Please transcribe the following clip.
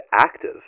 active